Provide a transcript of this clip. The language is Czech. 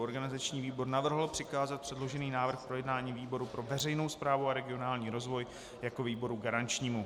Organizační výbor navrhl přikázat předložený návrh výboru pro veřejnou správu a regionální rozvoj jako výboru garančnímu.